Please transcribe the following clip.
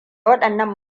waɗannan